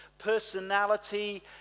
personality